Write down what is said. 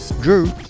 Drew